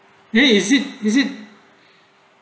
eh is it is it